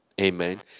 Amen